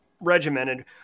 regimented